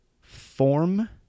form